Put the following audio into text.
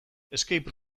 escape